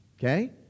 Okay